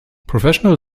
professional